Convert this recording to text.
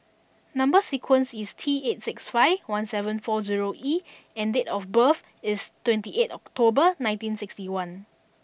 number sequence is T eight six five one seven four zero E and date of birth is twenty eight October nineteen sixty one